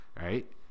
right